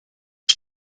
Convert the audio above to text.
ich